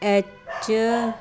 H